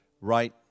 right